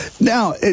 now